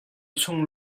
chung